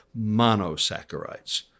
monosaccharides